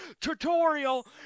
tutorial